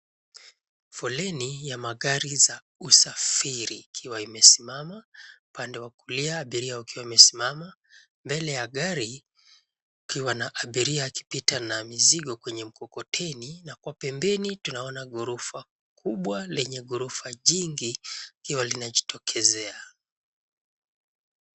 Foleni ya magari za usafiri ikiwa imesimama, upande wa kulia abiria wakiwa wamesimama. Mbele ya gari kukiwa na abiria akipita na mizigo kwenye mkokoteni na kwa pembeni tunaona ghorofa kubwa lenye ghorofa nyingi likiwa linajitokezea.